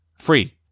free